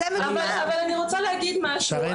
אני רוצה להגיד משהו,